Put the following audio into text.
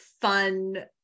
fun